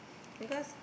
cause